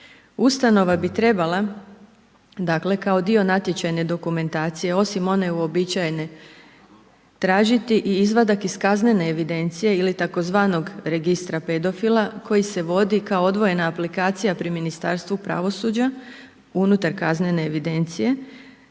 Ustanova bi trebala kao dio natječajne dokumentacije osim one uobičajene tražiti i izvadak iz kaznene evidencije ili tzv. registra pedofila koji se vodi kao odvojena aplikacija pri Ministarstvu pravosuđa unutar kaznene evidencije.